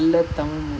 eh